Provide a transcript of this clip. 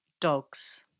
dogs